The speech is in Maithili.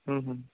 हूँ हूँ